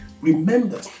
Remember